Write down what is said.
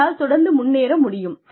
உங்களால் தொடர்ந்து முன்னேற முடியும்